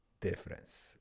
difference